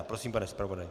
Prosím, pane zpravodaji.